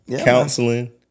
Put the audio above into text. Counseling